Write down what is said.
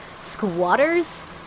Squatters